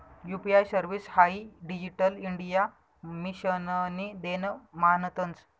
UPI service हाई digital India मिशननी देन मानतंस